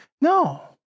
no